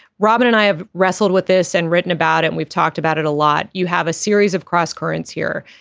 robin and i have wrestled with this and written about it. and we've talked about it a lot. you have a series of cross currents here.